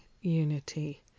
unity